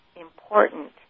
important